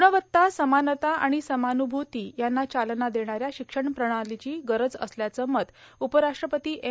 ग्णवत्ता समानता आणि समान्भूती यांना चालना देणा या शिक्षण प्रणालीची गरज असल्याचं मत उपराष्ट्रपती एम